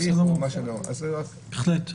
בהחלט.